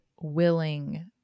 willing